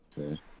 Okay